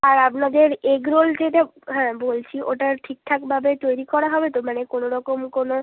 আর আপনাদের egg roll যেটা হ্যাঁ বলছি ওটা ঠিকঠাকভাবে তৈরি করা হবে তো মানে কোনওরকম কোনও